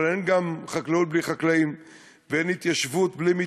אבל גם אין חקלאות בלי חקלאים,